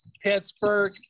Pittsburgh